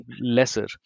lesser